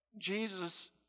Jesus